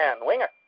Winger